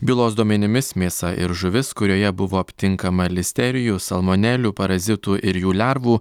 bylos duomenimis mėsa ir žuvis kurioje buvo aptinkama listerijų salmonelių parazitų ir jų lervų